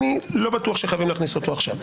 אני לא בטוח שחייבים להכניס אותו עכשיו.